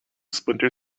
splinter